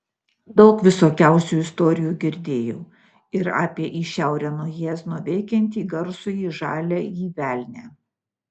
daug visokiausių istorijų girdėjau ir apie į šiaurę nuo jiezno veikiantį garsųjį žaliąjį velnią